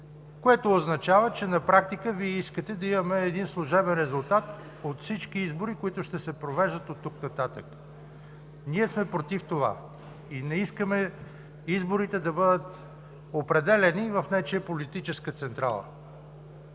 което означава, че на практика Вие искате да имаме един служебен резултат от всички избори, които ще се провеждат от тук нататък. Ние сме против това и не искаме изборите да бъдат определяни в нечия политическа централа.